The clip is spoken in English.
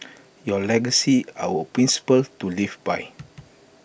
your legacy our principles to live by